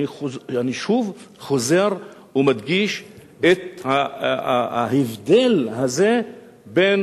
אני שוב חוזר ומדגיש את ההבדל הזה בין